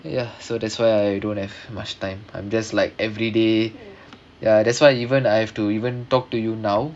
ya so that's why I don't have much time I'm just like everyday ya that's why even I have to even talk to you now